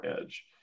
edge